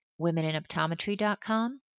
womeninoptometry.com